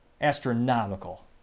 astronomical